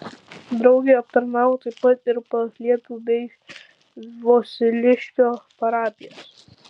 drauge aptarnavo taip pat ir paliepių bei vosiliškio parapijas